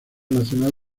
nacional